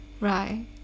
Right